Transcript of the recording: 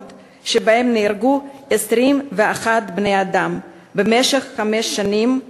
שבהן נהרגו 21 בני-אדם במשך חמש שנים,